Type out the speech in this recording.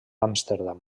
amsterdam